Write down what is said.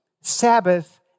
Sabbath